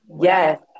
Yes